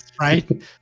right